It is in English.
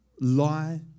lie